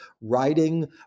writing